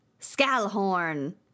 Scalhorn